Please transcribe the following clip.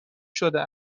شده